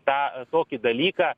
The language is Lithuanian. tą tokį dalyką